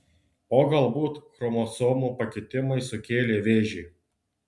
o galbūt chromosomų pakitimai sukėlė vėžį